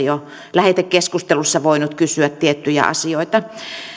jo tässä lähetekeskustelussa voinut kysyä tiettyjä asioita